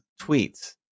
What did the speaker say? tweets